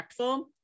impactful